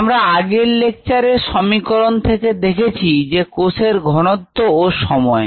আমরা আগের লেকচারে সমীকরন থেকে দেখেছি যে কোষের ঘনত্ত এবং সময়